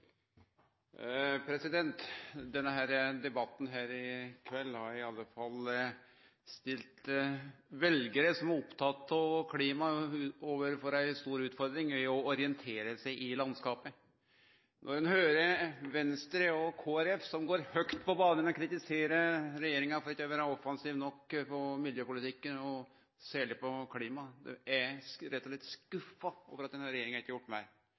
da denne saken var til behandling i Stortinget. Debatten i kveld har i alle fall stilt veljarar som er opptekne av klima overfor ei stor utfordring når det gjeld å orientere seg i landskapet. Eg høyrer Venstre og Kristeleg Folkeparti gå høgt på banen i å kritisere regjeringa for ikkje å vere offensiv nok i miljøpolitikken – særleg på klima – dei er rett og slett skuffa over at denne regjeringa ikkje har gjort meir.